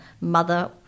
mother